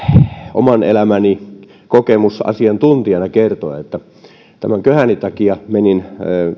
oman elämäni kokemusasiantuntijana kertoa että tämän köhäni takia menin